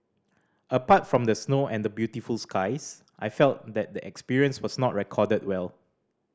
apart from the snow and the beautiful skies I felt that the experience was not recorded well